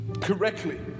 correctly